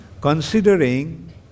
Considering